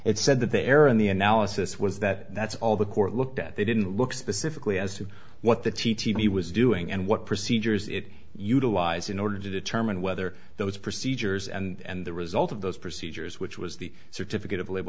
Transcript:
it said that the error in the analysis was that that's all the court looked at they didn't look specifically as to what the t t p was doing and what procedures it utilized in order to determine whether those procedures and the result of those procedures which was the certificate of live